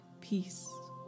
peace